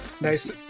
Nice